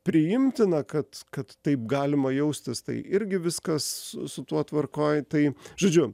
priimtina kad kad taip galima jaustis tai irgi viskas su su tuo tvarkoj tai žodžiu